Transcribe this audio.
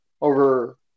over